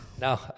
No